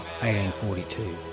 1842